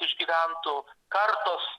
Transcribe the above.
išgyventų kartos